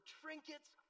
trinkets